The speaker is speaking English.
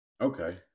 okay